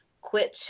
Quit